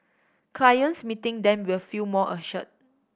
clients meeting them will feel more assured